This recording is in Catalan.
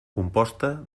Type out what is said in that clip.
composta